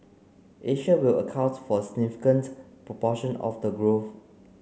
Asia will account for a significant proportion of the growth